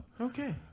Okay